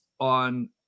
on